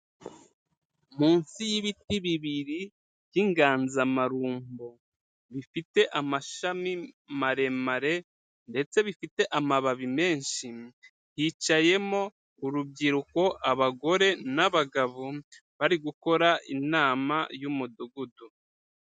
Munsi y'ibiti bibiri by'inganzamarumbo, bifite amashami maremare ndetse bifite amababi menshi, hicayemo urubyiruko, abagore n'abagabo, bari gukora inama y'Umudugudu.